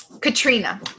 Katrina